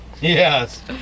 Yes